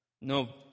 no